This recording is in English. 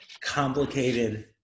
complicated